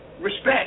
respect